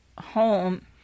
home